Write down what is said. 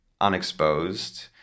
unexposed